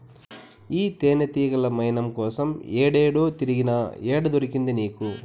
ఈ తేనెతీగల మైనం కోసం ఏడేడో తిరిగినా, ఏడ దొరికింది నీకు